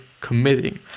committing